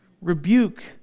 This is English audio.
rebuke